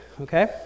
Okay